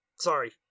Sorry